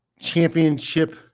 championship